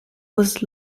was